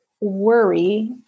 worry